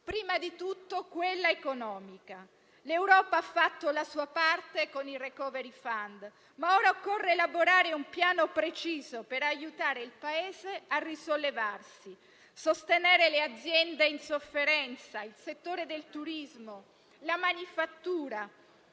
prima di tutto quella economica. L'Europa ha fatto la sua parte con il *recovery fund*, ma ora occorre elaborare un piano preciso per aiutare il Paese a risollevarsi, sostenere le aziende in sofferenza, il settore del turismo e la manifattura,